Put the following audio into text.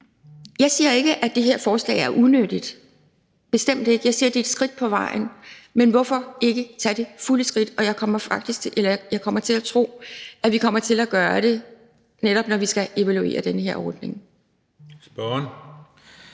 Jeg siger ikke, at det her forslag er unyttigt – bestemt ikke – jeg siger, at det er et skridt på vejen. Men hvorfor ikke tage det fulde skridt? Jeg kommer til at tro, at vi kommer til at gøre det, netop når vi skal evaluere den her ordning. Kl.